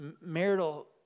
marital